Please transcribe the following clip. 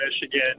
Michigan